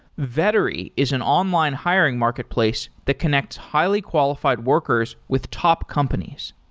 vettery is an online hiring marketplace to connect highly-qualified workers with top companies.